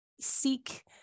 seek